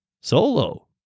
Solo